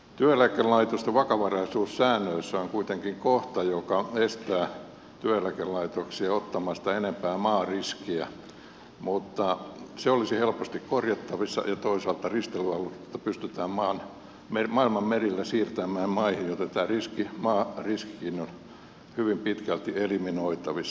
työeläkelaitosten vakavaraisuussäännöissä on kuitenkin kohta joka estää työeläkelaitoksia ottamasta enempää maariskiä mutta se olisi helposti korjattavissa ja toisaalta risteilyaluksia pystytään maailman merillä siirtämään maihin joten tämä maariskikin on hyvin pitkälti eliminoitavissa